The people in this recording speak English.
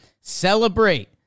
celebrate